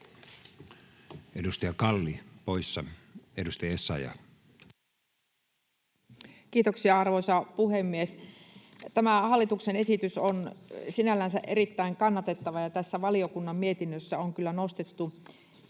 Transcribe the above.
muuttamisesta Time: 14:14 Content: Kiitoksia, arvoisa puhemies! Tämä hallituksen esitys on sinällänsä erittäin kannatettava, ja valiokunnan mietinnössä on kyllä nostettu